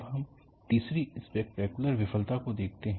comet disaster अब हम तीसरी स्पेक्टैक्यूलर विफलता को देखते हैं